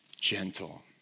gentle